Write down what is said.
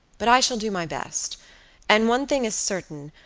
but i shall do my best and one thing is certain,